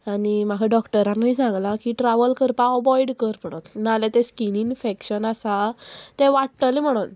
आनी म्हाका डॉक्टरानूय सांगलां की ट्रेवल करपाक अवॉयड कर पडत ना जाल्यार तें स्कीन इनफेक्शन आसा तें वाडटलें म्हणून